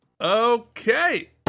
Okay